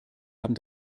haben